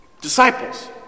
Disciples